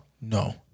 no